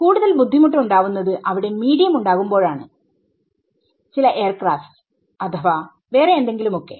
കൂടുതൽ ബുദ്ധിമുട്ട് ഉണ്ടാവുന്നത് അവിടെ മീഡിയം ഉണ്ടാകുമ്പോഴാണ് ചില എയർക്രാഫ്റ്റ്സ്അഥവാ വേറെ എന്തെങ്കിലുമൊക്കെ